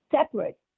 separate